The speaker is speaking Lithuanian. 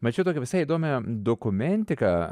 mačiau tokią visai įdomią dokumentiką